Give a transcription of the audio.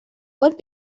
what